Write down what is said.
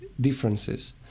differences